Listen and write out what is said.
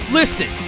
listen